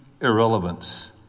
irrelevance